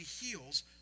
heals